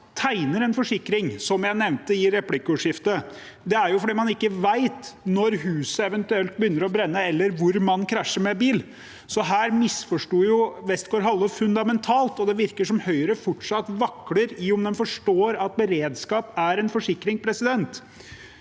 tegner en forsikring, som jeg nevnte i replikkordskiftet, er at man ikke vet når huset eventuelt begynner å brenne, eller når man krasjer med bil. Så her misforsto Westgaard-Halle fundamentalt, og det virker som om Høyre fortsatt vakler i forståelsen av at beredskap er en forsikring. Representanten